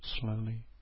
slowly